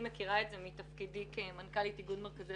מכירה את זה מתפקידי כמנכ"לית איגוד מרכזי